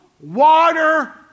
water